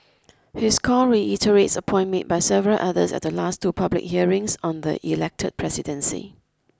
his call reiterates a point made by several others at the last two public hearings on the elected presidency